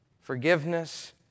Forgiveness